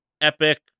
epic